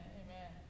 amen